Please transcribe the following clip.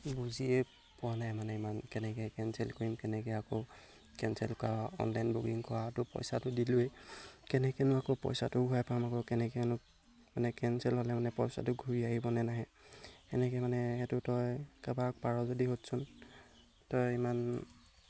বুজিয়ে পোৱা নাই মানে ইমান কেনেকৈ কেঞ্চেল কৰিম কেনেকৈ আকৌ কেঞ্চেল কৰা অনলাইন বুকিং কৰাতো পইচাটো দিলোঁৱেই কেনেকৈনো আকৌ পইচাটো ঘূৰাই পাম আকৌ কেনেকৈনো মানে কেঞ্চেল হ'লে মানে পইচাটো ঘূৰি আহিবনে নাহে তেনেকৈ মানে সেইটো তই কাৰোবাক পাৰ যদি সোধচোন তই ইমান